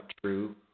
true